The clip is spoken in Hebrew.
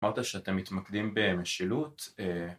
‫אמרת שאתם מתמקדים במשילות.